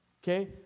Okay